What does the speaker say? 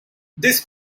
this